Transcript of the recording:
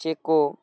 চেকো